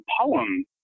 poem